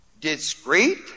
discreet